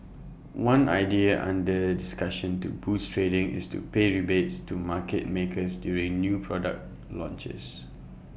one idea under discussion to boost trading is to pay rebates to market makers during new product launches